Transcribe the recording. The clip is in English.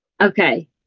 Okay